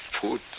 food